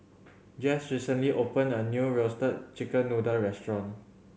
Jess recently opened a new Roasted Chicken Noodle restaurant